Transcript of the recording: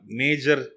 major